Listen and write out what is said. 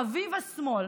חביב השמאל,